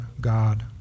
God